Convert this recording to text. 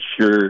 sure